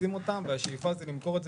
מאכלסים אותם והשאיפה היא למכור את זה